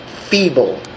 feeble